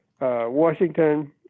Washington